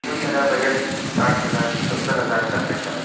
سر میرا بجٹ ساٹھ ہزار ستر ہزار تک ہے سر